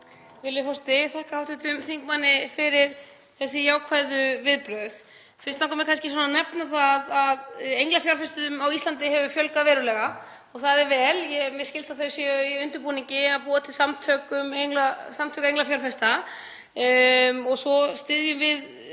forseti. Ég þakka hv. þingmanni fyrir þessi jákvæðu viðbrögð. Fyrst langar mig kannski að nefna það að englafjárfestum á Íslandi hefur fjölgað verulega og það er vel. Mér skilst að það sé í undirbúningi að búa til samtök englafjárfesta og svo styðjum við